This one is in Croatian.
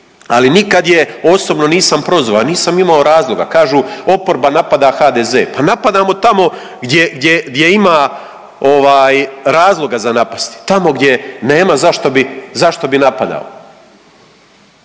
ali nikad je osobno nisam prozvao, nisam imao razloga. Kažu oporba napada HDZ, pa napadamo tamo gdje ima razloga za napasti, tamo gdje nema zašto bi napadao.